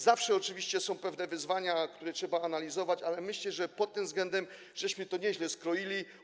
Zawsze oczywiście są pewne wyzwania, które trzeba analizować, ale myślę, że pod tym względem nieźle to skroiliśmy.